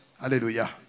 Hallelujah